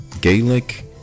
Gaelic